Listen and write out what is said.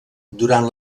durant